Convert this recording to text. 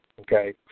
Okay